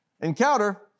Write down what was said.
Encounter